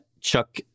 Chuck